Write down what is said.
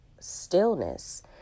stillness